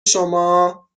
شما